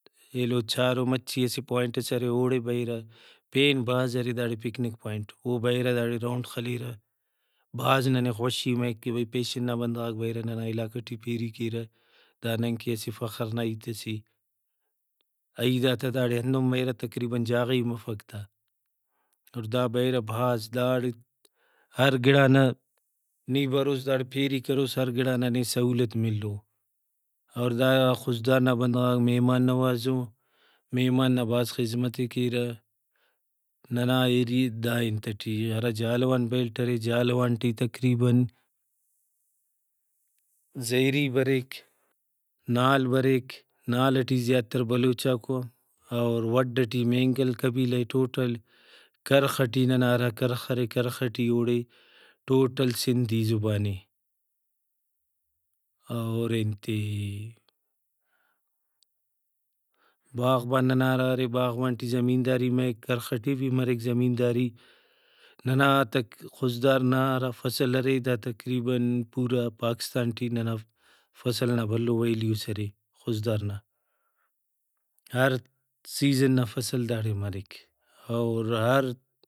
ایلو چھارو مچھی اسہ پوائنٹس ارے اوڑے بریرہ پین بھاز ارے داڑے پکنک پوائنٹ او بریرہ داڑے Roundخلیرہ بھاز ننے خوشی مریک کہ بھئی پیشن نا بندغاک بریرہ ننا علاقہ ٹی پیری کیرہ دا ننکہ اسہ فخر نا ہیت سے عیئداتا داڑے ہندن مریرہ تقریباً جاگہ ہی مفک تا اور دا بریرہ بھاز داڑے ہر گڑانا نی بروس داڑے پیری کروس ہر گڑا نا نے سہولت ملو اور دا خضدار نا بندغاک مہمان نوازو مہمان نا بھاز خذمت ئے کیرہ ننا ایریا دا انت ٹی ہرا جہلاوان بیلٹ ارے جہلاوان ٹی تقریباً زہری بریک نال بریک نال ٹی زیاتر بلوچاکو اور وڈھ ٹی مینگل قبیلہ اے ٹوٹل کرخ ٹی ننا ہرا کرخ ارے کرخ ٹی اوڑے ٹوٹل سندھی زبانے اور انتے باغبانہ ننا ہرا ارے باغبانہ ٹی زمینداری مریک کرخ ٹی بھی مریک زمینداری ننا خضدار نا ہرا فصل ارے دا تقریباً پورا پاکستان ٹی ننا فصل نا بھلوویلیوس ارے خضدار نا ہر سیزن نا فصل داڑے مریک اور ہر